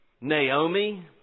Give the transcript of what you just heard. Naomi